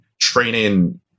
training